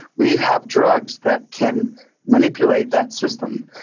we have drugs that can manipulate that system.